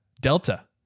Delta